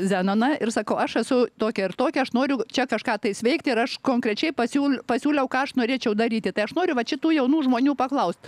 zenoną ir sakau aš esu tokia ir tokia aš noriu čia kažką tais veikti ir aš konkrečiai pasiūl pasiūliau ką aš norėčiau daryti tai aš noriu vat šitų jaunų žmonių paklaust